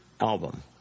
album